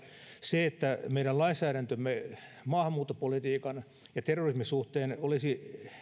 se että meidän lainsäädäntömme maahanmuuttopolitiikan ja terrorismin suhteen olisi